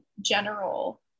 general